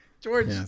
George